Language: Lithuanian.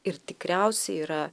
ir tikriausiai yra